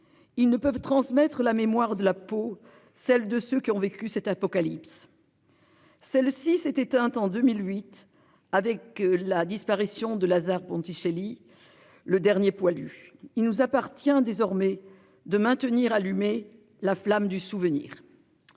Ils ne peuvent transmettre la mémoire de la peau, celle de ceux qui ont vécu cette apocalypse. Celle-ci s'est éteinte en 2008 avec la disparition de Lazare Ponticelli. Le dernier poilu, il nous appartient désormais de maintenir allumé la flamme du souvenir.